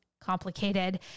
complicated